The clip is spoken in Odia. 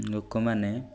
ଲୋକମାନେ